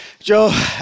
Joe